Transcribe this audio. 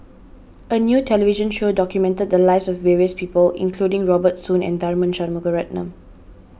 a new television show documented the lives of various people including Robert Soon and Tharman Shanmugaratnam